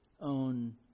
own